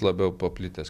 labiau paplitęs